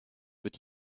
wird